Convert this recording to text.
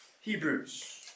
Hebrews